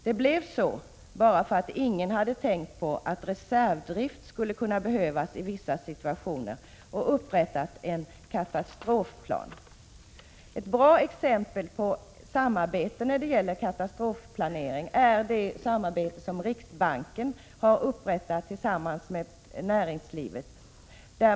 Det blev så bara för att ingen hade tänkt på att reservdrift skulle kunna behövas i vissa situationer och upprättat en katastrofplan. Ett bra exempel på samarbete när det gäller katastrofplanering är det som riksbanken har upprättat tillsammans med näringslivet.